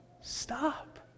stop